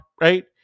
Right